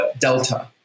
delta